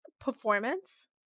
performance